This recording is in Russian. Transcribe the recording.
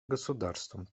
государством